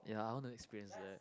ya I want to experience that